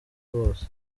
bose